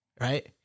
right